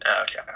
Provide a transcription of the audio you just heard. Okay